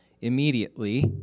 immediately